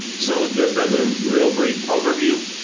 so just as a real brief overview,